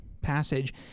passage